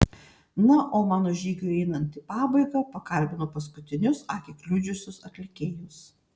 na o mano žygiui einant į pabaigą pakalbinu paskutinius akį kliudžiusius atlikėjus